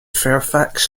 fairfax